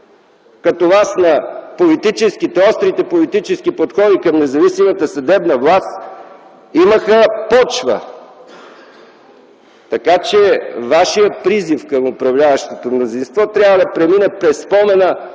като Вас на политическите, острите политически подходи към независимата съдебна власт, имаха почва. Така че, Вашият призив към управляващото мнозинство трябва да премине през спомена